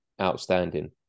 outstanding